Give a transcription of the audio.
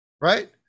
Right